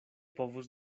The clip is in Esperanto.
povus